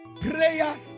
Prayer